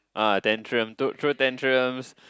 ah tantrum throw tantrums